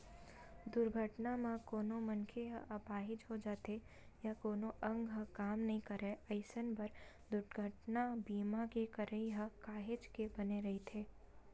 दुरघटना म कोनो मनखे ह अपाहिज हो जाथे या कोनो अंग ह काम नइ करय अइसन बर दुरघटना बीमा के करई ह काहेच के बने रहिथे